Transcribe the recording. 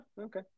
okay